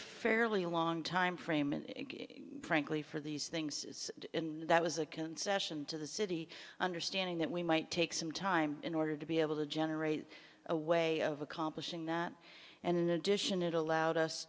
fairly long time frame and frankly for these things that was a concession to the city understanding that we might take some time in order to be able to generate a way of accomplishing that and in addition it allowed us